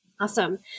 Awesome